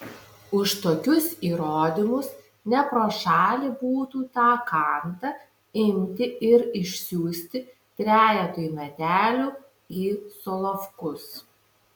už tokius įrodymus ne pro šalį būtų tą kantą imti ir išsiųsti trejetui metelių į solovkus